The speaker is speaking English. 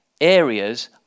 areas